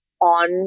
on